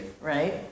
right